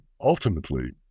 ultimately